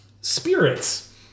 spirits